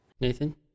Nathan